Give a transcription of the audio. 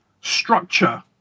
structure